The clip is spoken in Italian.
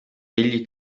egli